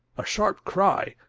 a sharp cry,